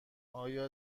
آیا